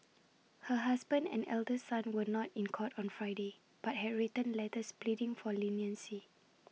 her husband and elder son were not in court on Friday but had written letters pleading for leniency